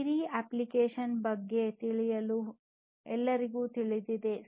ಸಿರಿ application ಬಗ್ಗೆ ಎಲ್ಲರಿಗೂ ತಿಳಿದಿದೆ